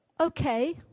okay